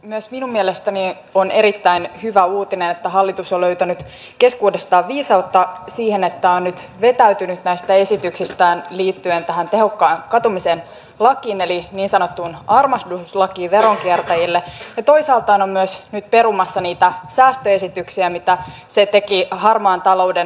myös minun mielestäni on erittäin hyvä uutinen että hallitus on löytänyt keskuudestaan viisautta siihen että on nyt vetäytynyt näistä esityksistään liittyen tähän tehokkaan katumisen lakiin eli niin sanottuun armahduslakiin veronkiertäjille ja toisaalta on myös nyt perumassa niitä säästöesityksiä mitä se teki harmaan talouden torjunnan määrärahoihin